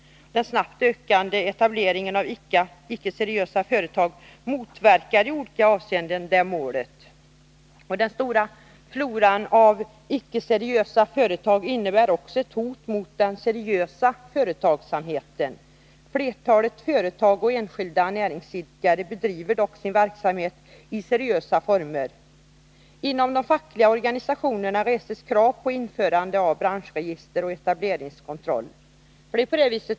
Den snabbt ökande etableringen av icke seriösa företag motverkar i olika avseenden det målet. Den stora floran av icke seriösa företag innebär också ett hot mot den seriösa företagsverksamheten. Flertalet företag och enskilda näringsidkare bedriver dock sin verksamhet i seriösa former. Inom de fackliga organisationerna reses krav på införande av branschregister och etableringskontroll.